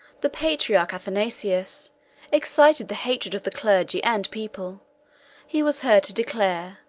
the patriarch athanasius excited the hatred of the clergy and people he was heard to declare,